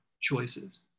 choices